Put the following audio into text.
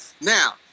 Now